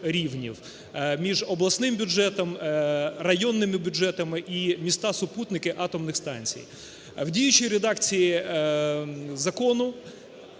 між обласним бюджетом, районними бюджетами і міста-супутники атомних станцій. В діючій редакції закону,